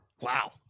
Wow